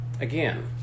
again